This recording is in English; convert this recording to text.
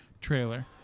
trailer